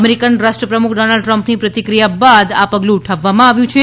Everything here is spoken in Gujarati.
અમેરીકન રાષ્ટ્રપ્રમુખ ડોનાલ્ડ ટ્રમ્પની પ્રતિક્રિયા બાદ આ પગલુ ઉઠાવવામાં આવ્યું છે